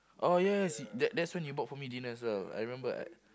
oh yes that that's when you bought for me dinner as well I remember uh